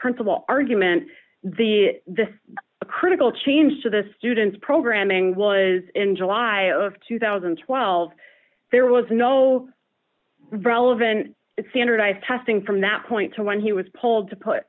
principal argument the a critical change to the student's programming was in july of two thousand and twelve there was no relevant standardized testing from that point to one he was pulled to put